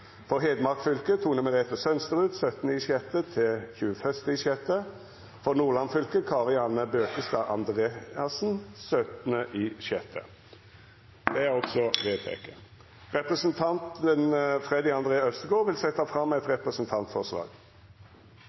Hedmark fylke: Tone Merete Sønsterud 17. juni til 21. juni For Nordland fylke: Kari Anne Bøkestad Andreassen 17. juni Representanten Freddy André Øvstegård vil setja fram eit representantforslag.